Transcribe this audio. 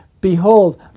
Behold